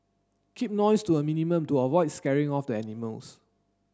keep noise to a minimum to avoid scaring off the animals